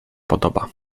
podoba